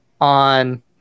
on